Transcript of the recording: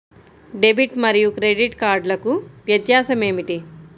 Debit మరియు credit కార్డ్లకు వ్యత్యాసమేమిటీ?